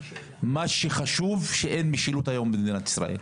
מה שחשוב הוא שאין משילות היום במדינת ישראל.